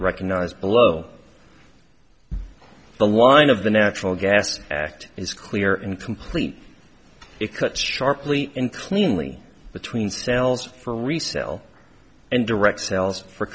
recognize below the line of the natural gas act is clear and complete it could sharply and cleanly between sales for resell and direct sales for